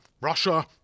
Russia